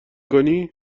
کنی